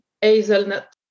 hazelnut